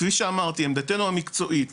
כפי שאמרתי, עמדתנו המקצועית